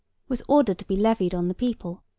was ordered to be levied on the people.